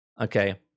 okay